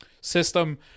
system